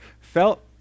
felt